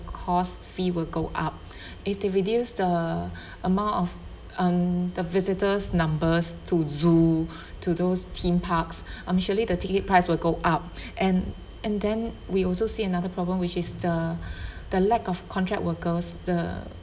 course fee will go up if they reduce the amount of um the visitors numbers to zoo to those theme parks I'm surely the ticket price will go up and and then we also see another problem which is the the lack of contract workers the